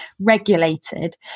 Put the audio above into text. regulated